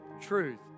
truth